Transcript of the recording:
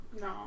No